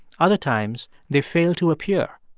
other times, they fail to appear,